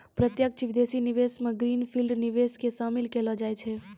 प्रत्यक्ष विदेशी निवेश मे ग्रीन फील्ड निवेश के शामिल केलौ जाय छै